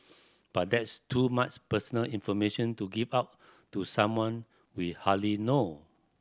but that's too much personal information to give out to someone we hardly know